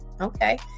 Okay